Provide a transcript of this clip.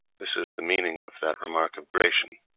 this is the meaning of that remark of gracian,